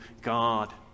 God